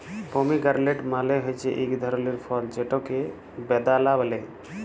pomegranate মালে হছে ইক ধরলের ফল যেটকে বেদালা ব্যলে